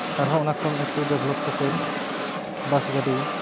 ᱟᱨᱦᱚᱸ ᱚᱱᱟ ᱠᱷᱚᱱ ᱮᱠᱴᱩ ᱰᱮᱵᱷᱞᱚᱯ ᱠᱟᱛᱮᱫ ᱵᱟᱥ ᱜᱟᱹᱰᱤ